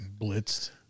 blitzed